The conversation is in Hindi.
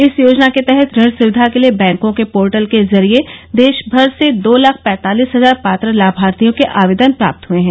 इस योजना के तहत ऋण सुविधा के लिए बैंकों के पोर्टल के जरिए देशभर से दो लाख पैंतालिस हजार पात्र लाभार्थियों के आवेदन प्राप्त हुए हैं